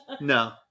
No